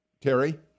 Terry